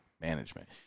management